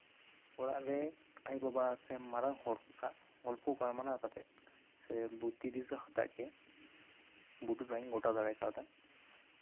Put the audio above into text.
ᱚᱲᱟᱜ ᱨᱮ ᱟᱭᱩ ᱵᱟᱵᱟ ᱥᱮ ᱢᱟᱨᱟᱝ ᱦᱚᱲ ᱠᱚ ᱥᱟᱶ ᱜᱚᱞᱯᱷᱚ ᱜᱟᱞᱢᱟᱨᱟᱣ ᱠᱟᱛᱮᱫ ᱥᱮ ᱵᱩᱫᱽᱫᱷᱤ ᱫᱤᱥᱟᱹ ᱦᱟᱛᱟᱣ ᱜᱮ ᱵᱩᱴᱟᱹ ᱥᱟᱹᱦᱤᱡ ᱜᱚᱴᱟ ᱫᱟᱲᱮ ᱟᱠᱟᱣᱫᱟ